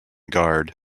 guard